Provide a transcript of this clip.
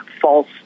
false